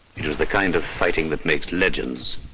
it was the kind of fighting that makes legends.